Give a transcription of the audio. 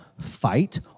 fight